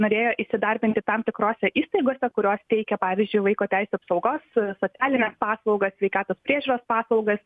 norėjo įsidarbinti tam tikrose įstaigose kurios teikia pavyzdžiui vaiko teisių apsaugos socialines paslaugas sveikatos priežiūros paslaugas